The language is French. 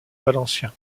valencien